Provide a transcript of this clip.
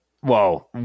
Whoa